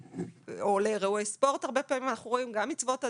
או לאירועי ספורט, הרבה פעמים גם מצוות הדת.